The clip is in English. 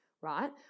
right